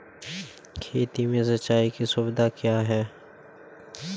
खेती में सिंचाई की सुविधा क्या है?